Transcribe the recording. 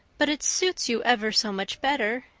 but it suits you ever so much better,